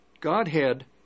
Godhead